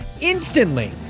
instantly